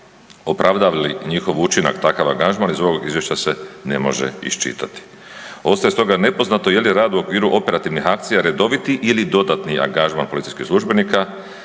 opravdava li njihov učinak takav angažman iz ovog izvješća se ne može iščitati. Ostaje stoga nepoznato je li rad u okviru operativnih akcija redoviti ili dodatni angažman policijskih službenika,